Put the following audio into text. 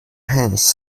hands